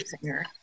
singer